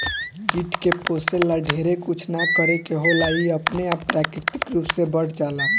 कीट के पोसे ला ढेरे कुछ ना करे के होला इ अपने आप प्राकृतिक रूप से बढ़ जाला